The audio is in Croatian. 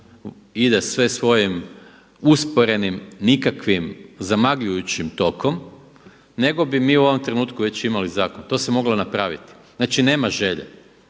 ide sve svojim usporenim, nikakvim, zamagljujućim tokom nego bi mi u ovom trenutku već imali zakon. To se moglo napraviti, znači nema želje.